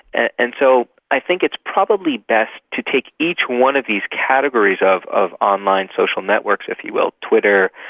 and so i think it's probably best to take each one of these categories of of online social networks, if you will twitter,